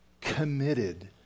committed